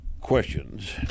questions